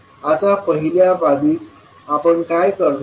आता पहिल्या बाबतीत आपण काय करीत आहोत